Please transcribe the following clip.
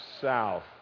south